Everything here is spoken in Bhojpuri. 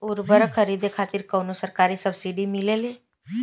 उर्वरक खरीदे खातिर कउनो सरकारी सब्सीडी मिलेल?